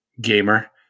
gamer